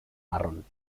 marrón